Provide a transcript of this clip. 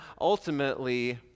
ultimately